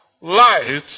light